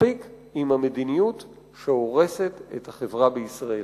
מספיק עם המדיניות שהורסת את החברה בישראל.